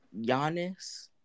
Giannis